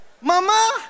Mama